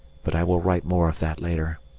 but i will write more of that later.